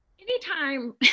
Anytime